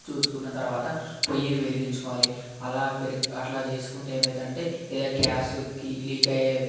చూసుకున్న తర్వాత పొయ్యిని వెలిగించుకోవాలి అలా పెరిగి అట్లా చేసుకుంటే ఏమైద్దంటే ఏ గ్యాసుకి లీక్ అయ్యే